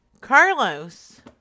Carlos